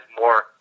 more